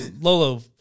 Lolo